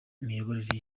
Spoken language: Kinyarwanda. miyoborere